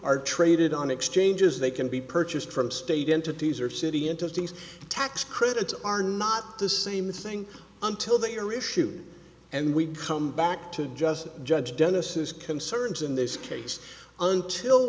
are traded on exchanges they can be purchased from state entities or city into these tax credits are not the same thing until they are issues and we come back to just judge dennis's concerns in this case until